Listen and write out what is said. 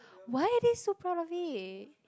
why are they so proud of it